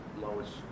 lowest